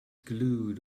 glued